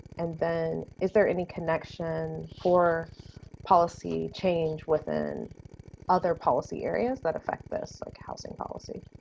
and then, is there any connections for policy change within other policy areas that affect this like housing policy.